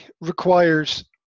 requires